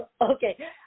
Okay